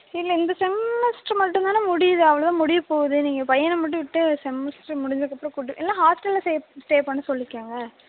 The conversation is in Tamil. இல்லை இந்த செம்மஸ்ட்ரு மட்டும் தானே முடியுது அவ்வளோதான் முடிய போகுது நீங்கள் பையனை மட்டும் விட்டு செமஸ்ட்ரு முடிஞ்சக்கப்புறம் கூட்டு இல்லைனா ஹாஸ்டல்ல ஸ்டே ஸ்டே பண்ண சொல்லிக்கொங்க